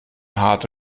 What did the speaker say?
harte